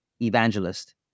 evangelist